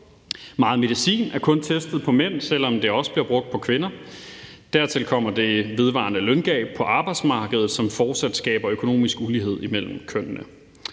Meget medicin er kun testet på mænd, selv om det også bliver brugt på kvinder. Dertil kommer det vedvarende løngab på arbejdsmarkedet, som fortsat skaber økonomisk ulighed imellem kønnene.